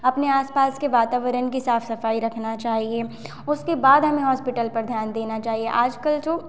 अपने आसपास के वातावरण की साफ सफाई रखना चाहिए उसके बाद हमें हॉस्पिटल पर ध्यान देना चाहिए आज कल जो